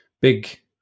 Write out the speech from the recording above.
big